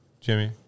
Jimmy